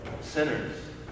sinners